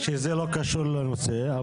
זה לא קשור לנושא.